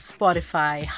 Spotify